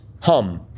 Hum